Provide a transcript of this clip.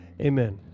Amen